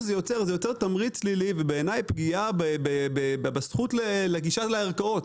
זה יוצר תמריץ שלילי ופגיעה בזכות לגישה לערכאות,